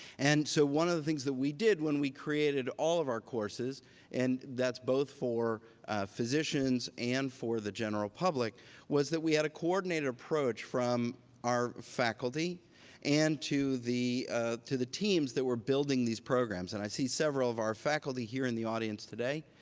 and so one of the things that we did when we created all of our courses and that's both for physicians and for the general public was that we had a coordinated approach from our faculty and to the to the teams that were building these programs. and i see several of our faculty here in the audience today.